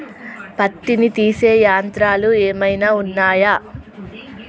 పత్తిని తీసే యంత్రాలు ఏమైనా ఉన్నయా?